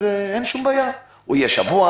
אז אין שום בעיה, הוא יהיה שבוע,